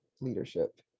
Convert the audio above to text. leadership